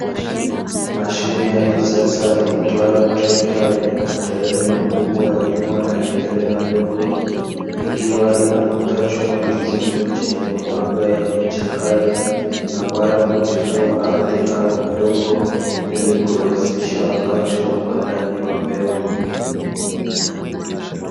Mashine ya kisasa iitwayo trekta yenye matairi makubwa ya nyuma na ya mbele madogo ikiwa inavuta chuma kizito chenye mapanga yenye ncha kali ambayo hutifua ardhi au udongo ili kurahisisha wakati wa upandaji wa mbegu.